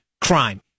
crime